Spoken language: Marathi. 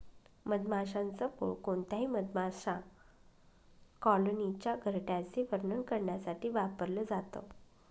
मधमाशांच पोळ कोणत्याही मधमाशा कॉलनीच्या घरट्याचे वर्णन करण्यासाठी वापरल जात